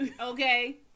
Okay